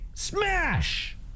smash